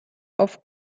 auf